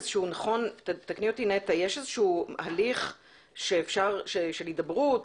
יש הליך של הידברות,